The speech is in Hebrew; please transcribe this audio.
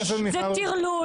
זה טרלול